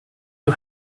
you